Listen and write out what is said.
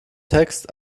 text